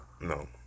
No